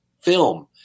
film